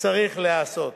צריך להיעשות.